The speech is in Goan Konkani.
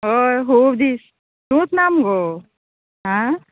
हय खूब दीस तूंच ना मुगो आं